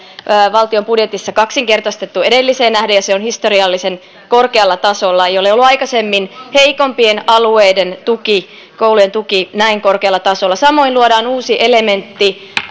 valtion budjetissa kaksinkertaistettu edelliseen nähden ja se on historiallisen korkealla tasolla ei ei ole ollut aikaisemmin heikompien alueiden koulujen tuki näin korkealla tasolla samoin luodaan uusi elementti